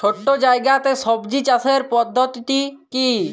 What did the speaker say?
ছোট্ট জায়গাতে সবজি চাষের পদ্ধতিটি কী?